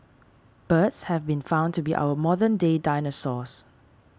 birds have been found to be our modern day dinosaurs